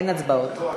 אין הצבעות.